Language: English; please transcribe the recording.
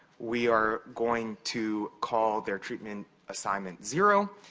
we are going to call their treatment assignment zero,